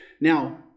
Now